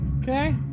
Okay